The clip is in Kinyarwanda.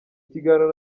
kiganiro